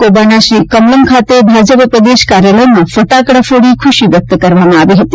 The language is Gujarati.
કોબાના શ્રી કમલમ ખાતે ભાજપ પ્રદેશ કાર્યાલયમાં ફટાકડા ફોડી ખુશી વ્યકત કરવામાં આવી હતી